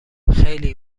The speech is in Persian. خیلی